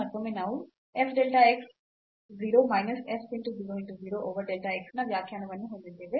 ಮತ್ತೊಮ್ಮೆ ನಾವು f delta x 0 minus f 0 0 over delta x ನ ವ್ಯಾಖ್ಯಾನವನ್ನು ಹೊಂದಿದ್ದೇವೆ